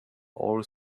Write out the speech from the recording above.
all